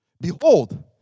Behold